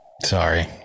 sorry